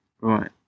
right